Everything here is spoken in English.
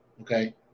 okay